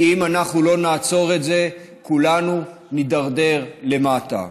ואם אנחנו לא נעצור את זה כולנו נידרדר למטה.